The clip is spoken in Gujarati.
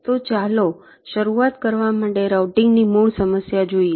તો ચાલો શરૂઆત કરવા માટે રાઉટીંગની મૂળ સમસ્યા જોઈએ